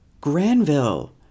Granville